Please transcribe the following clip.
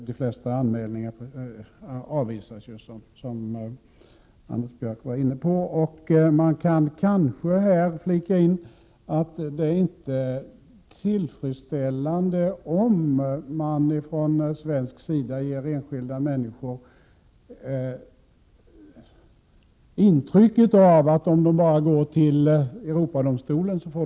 De flesta anmälningarna avvisas ju, som Anders Björck sade. Man kan här kanske flika in att det inte är tillfredsställande om man från svensk sida ger enskilda människor intrycket att de får rätt bara de går till Europadomstolen.